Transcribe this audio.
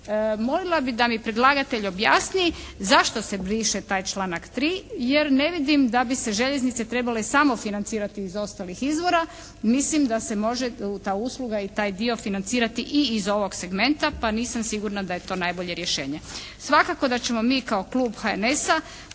Molila da mi predlagatelj objasni zašto se briše taj članak 3. jer ne vidim da bi se željeznice trebalo samo financirati iz ostalih izvora, mislim da se može ta usluga i taj dio financirati i iz ovog segmenta, pa nisam sigurna da je to najbolje rješenje. Svakako da ćemo mi kao klub HNS-a